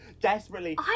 desperately